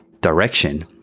direction